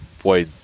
boy